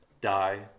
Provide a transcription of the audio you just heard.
die